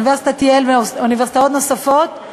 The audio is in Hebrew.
אוניברסיטת ייל ואוניברסיטאות נוספות,